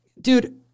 Dude